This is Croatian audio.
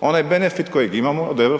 Onaj benefit kojeg imamo od EU-a,